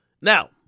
Now